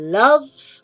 loves